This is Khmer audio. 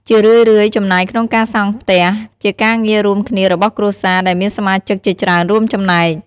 ជារឿយៗ ចំណាយក្នុងការសង់ផ្ទះ ជាការងាររួមគ្នារបស់គ្រួសារ ដែលមានសមាជិកជាច្រើនរួមចំណែក។